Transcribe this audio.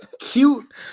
cute